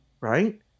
right